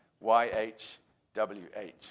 Y-H-W-H